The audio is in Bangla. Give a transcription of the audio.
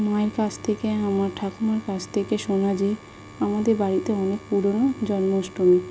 মায়ের কাছ থেকে আমার ঠাকুমার কাছ থেকে শোনা যে আমাদের বাড়িতে অনেক পুরনো জন্মাষ্টমী